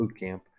Bootcamp